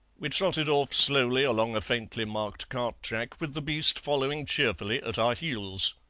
we trotted off slowly along a faintly marked cart-track, with the beast following cheerfully at our heels.